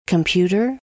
Computer